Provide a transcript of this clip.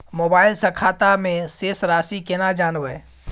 Mobile से खाता में शेस राशि केना जानबे?